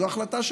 זו החלטה שלכם,